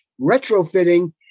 retrofitting